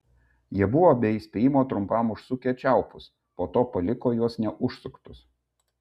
jie buvo be įspėjimo trumpam užsukę čiaupus po to paliko juos neužsuktus